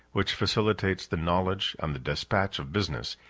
which facilitates the knowledge and the despatch of business,